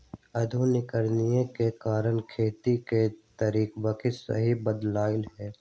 आधुनिकीकरण के कारण खेती के तरकिब सेहो बदललइ ह